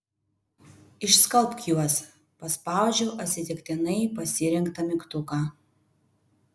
išskalbk juos paspaudžiu atsitiktinai pasirinktą mygtuką